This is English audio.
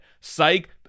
Psych